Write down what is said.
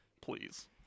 please